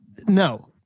no